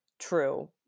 true